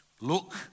look